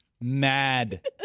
mad